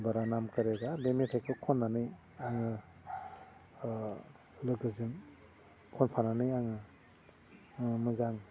बरा नाम करेगा बे मेथाइखौ खन्नानै आङो लोगोजों खनफानानै आङो मोजां